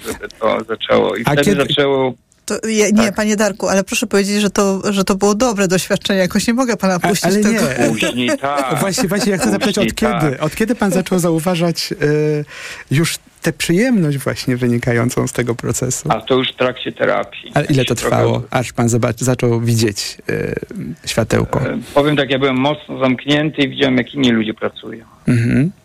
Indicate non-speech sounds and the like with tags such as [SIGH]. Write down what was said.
Żeby to zaczęło- i A wtedy kiedy- zaczęło- To ja- nie, tak. panie Darku, ale proszę powiedzieć, że to- że to było dobre doświadczenie. Jakoś nie mogę pana A- puścić ale tego. nie. Później, tak. [LAUGHS] O, właśnie- właśnie ja chcę zapytać, Później, od kiedy? tak. Od kiedy pan zaczął zauważać, [LAUGHS] y, już tę przyjemność właśnie wynikającą z tego procesu? A to już w trakcie terapii, Ale jak ile to się- trwało, aż pan zobac- zaczął widzieć, y, światełko? E, powiem tak, ja byłem mocno zamknięty i widziałem, jak inni ludzie pracują. Mhm.